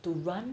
to run